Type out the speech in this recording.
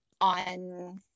on